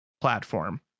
platform